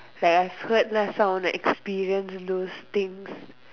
like I have heard last time I want to experience in those things